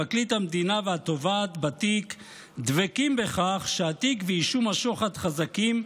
פרקליט המדינה והתובעת בתיק דבקים בכך שהתיק ואישום השוחד חזקים,